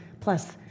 plus